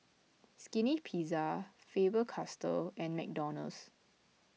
Skinny Pizza Faber Castell and McDonald's